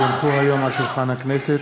כי הונחו היום על שולחן הכנסת